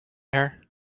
her